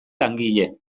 langile